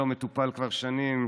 שלא מטופל כבר שנים,